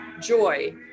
joy